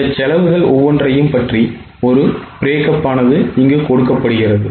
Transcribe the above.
இந்த செலவுகள் ஒவ்வொன்றையும் பற்றி ஒரு பிரேக்கப் கொடுக்கப்படுகிறது